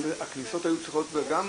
הכניסות היו צריכות גדולות.